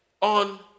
on